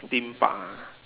theme park ah